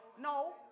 No